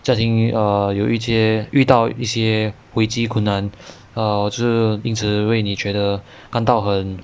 家庭 err 有一些遇到一些危机困难 err 就是因此为你觉得感到很